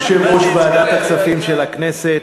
יושב-ראש ועדת הכספים של הכנסת,